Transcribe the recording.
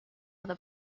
all